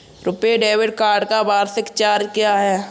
RuPay debit card का वार्षिक charge क्या है?